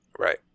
Right